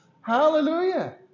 Hallelujah